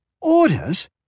Orders